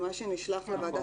למה שנשלח לוועדה,